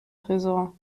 tresor